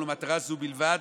ולמטרה זו בלבד,